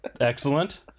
Excellent